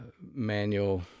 manual